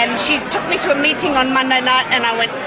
and she took me to a meeting on monday night and i went,